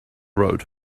road